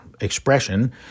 expression